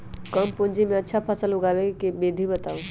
कम पूंजी में अच्छा फसल उगाबे के विधि बताउ?